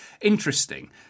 interesting